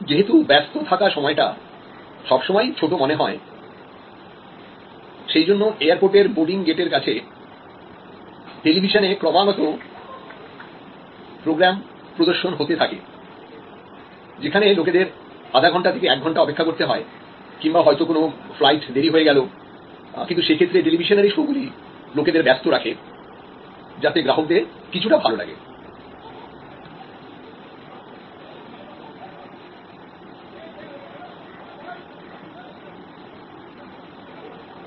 যেহেতু ব্যস্ত থাকা সময়টা সব সময় ছোট মনে হয় সেইজন্য এয়ারপোর্টের বোর্ডিং গেটের কাছে টেলিভিশনে ক্রমাগত প্রোগ্রাম প্রদর্শন হতে থাকে যেখানে লোকেদের আধা ঘন্টা থেকে এক ঘন্টা অপেক্ষা করতে হয় কিংবা কখনো হয়তো কোনো ফ্লাইট দেরি হয়ে গেল কিন্তু সে ক্ষেত্রে টেলিভিশনের এই শোগুলি লোকদের ব্যস্ত রাখে যাতে গ্রাহকদের কিছুটা ভালো লাগে